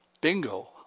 bingo